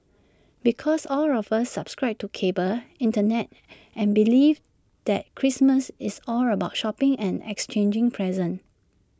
because all of us subscribe to cable Internet and belief that Christmas is all about shopping and exchanging presents